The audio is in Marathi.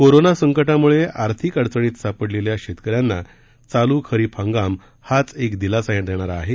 कोरोना संकटामुळे आर्थिक अडचणीत सापडलेल्या शेतक यांना चालू खरीप हंगाम हाच एक दिलासा देणारा आहे